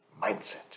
mindset